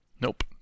Nope